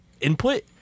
input